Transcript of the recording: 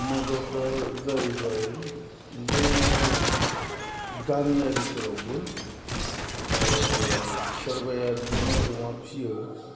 मददआ जाहैबाय जोंनाव गामियारिफोरावबो सोरबाया बिदिनो अमा फिसियो